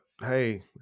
hey